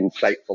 insightful